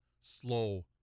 slow